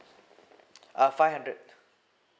uh five hundred